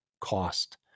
cost